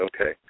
Okay